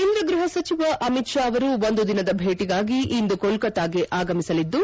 ಕೇಂದ್ರ ಗೃಪ ಸಚಿವ ಅಮಿತ್ ಶಾ ಅವರು ಒಂದು ದಿನದ ಭೇಟಿಗಾಗಿ ಇಂದು ಕೋಲ್ಕೊತಾಗೆ ಆಗಮಿಸಲಿದ್ದು